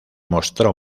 mostró